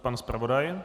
Pan zpravodaj.